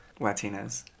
Latinas